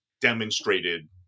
demonstrated